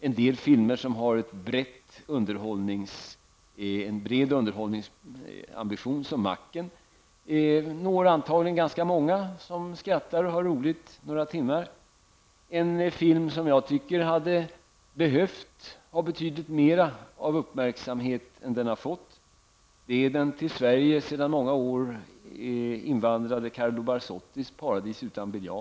En del filmer som har en bred underhållningsambition som Macken når antagligen ganska många som skrattar och har roligt några timmar. En film som jag tycker hade behövt betydligt mer uppmärksamhet än den har fått är den för många år sedan till Sverige invandrade Carlo Bersottis film Ett paradis utan biljard.